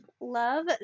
love